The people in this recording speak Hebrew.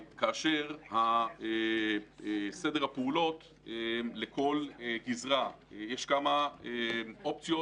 כאשר סדר הפעולות לכל גזרה יש כמה אופציות